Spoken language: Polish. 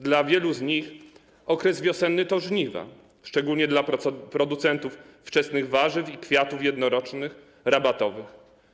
Dla wielu z nich okres wiosenny to żniwa, szczególnie dla producentów wczesnych warzyw i kwiatów jednorocznych, rabatowych.